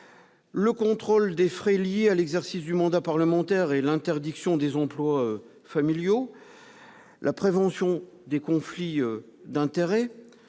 le contrôle des frais liés à l'exercice du mandat parlementaire et l'interdiction des emplois familiaux, la prévention des conflits d'intérêts,